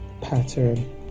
pattern